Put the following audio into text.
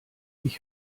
ich